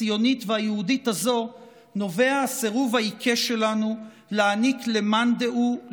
הציונית והיהודית הזאת נובע הסירוב העיקש שלנו להעניק למאן דהוא,